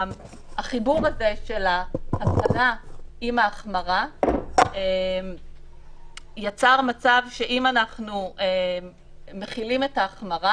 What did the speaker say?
החיבור הזה של ההקלה עם ההחמרה יצר מצב שאם אנחנו מחילים את ההחמרה,